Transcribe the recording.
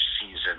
season